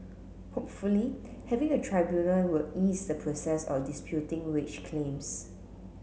hopefully having a tribunal will ease the process of disputing wage claims